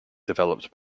developed